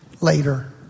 later